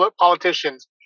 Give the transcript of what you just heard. politicians